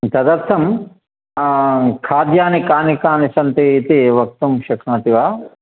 तदर्थं खाद्यानि कानि कानि सन्ति इति वक्तुं शक्नोति वा